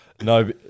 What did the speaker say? No